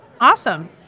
Awesome